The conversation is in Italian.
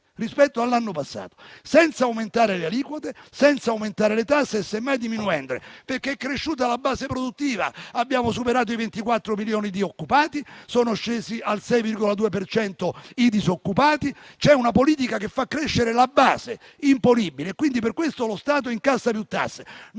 rispetto all'anno passato, senza aumentare le aliquote, senza aumentare le tasse, semmai diminuendole, perché è cresciuta la base produttiva, abbiamo superato i 24 milioni di occupati, sono scesi al 6,2 per cento i disoccupati. C'è una politica che fa crescere la base imponibile e per questo lo Stato incassa più tasse;